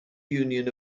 union